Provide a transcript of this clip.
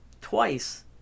twice